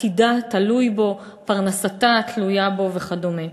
עתידה תלוי בו, פרנסתה תלויה בו וכדומה.